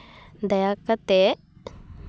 ᱫᱟᱭᱟ ᱠᱟᱛᱮᱜ